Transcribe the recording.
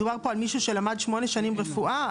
מדובר פה על מישהו שלמד שמונה שנים רפואה?